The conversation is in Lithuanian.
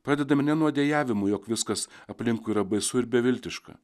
pradedame ne nuo dejavimo jog viskas aplinkui yra baisu ir beviltiška